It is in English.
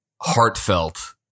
heartfelt